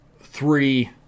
three